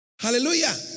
Hallelujah